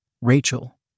Rachel